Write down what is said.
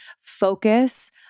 focus